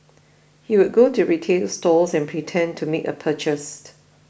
he would go to retail stores and pretend to make a purchase